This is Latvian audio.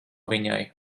viņai